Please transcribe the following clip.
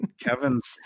Kevin's